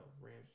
Rams